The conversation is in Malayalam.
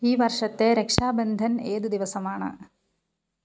ഈ വർഷത്തെ രക്ഷാബന്ധൻ ഏതു ദിവസമാണ്